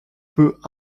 peut